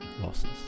losses